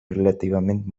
relativament